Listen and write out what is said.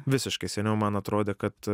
visiškai seniau man atrodė kad